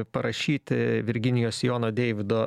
parašyti virginijos jono deivido